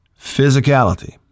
physicality